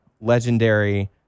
legendary